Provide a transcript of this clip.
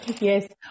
Yes